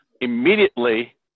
immediately